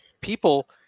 people